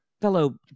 fellow